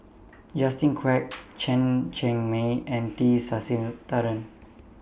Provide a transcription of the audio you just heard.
Justin Quek Chen Cheng Mei and T Sasitharan